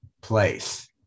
place